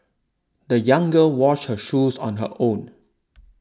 the young girl washed her shoes on her own